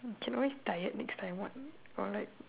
can always tired next time what or like